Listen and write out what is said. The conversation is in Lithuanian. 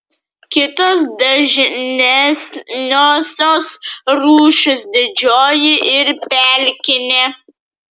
kitos dažnesniosios rūšys didžioji ir pelkinė